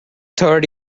third